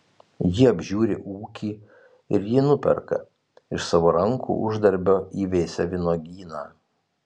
ji apžiūri ūkį ir jį nuperka iš savo rankų uždarbio įveisia vynuogyną